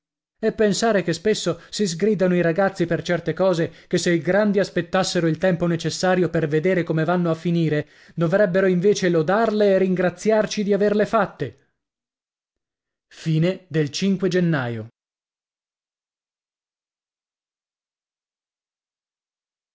e pensare che spesso si sgridano i ragazzi per certe cose che se i grandi aspettassero il tempo necessario per vedere come vanno a finire dovrebbero invece lodarle e ringraziarci di averle fatte gennaio